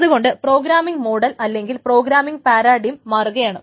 അതുകൊണ്ടാണ് programming model അല്ലെങ്കിൽ programming paradigm മാറുകയാണ്